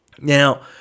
Now